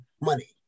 money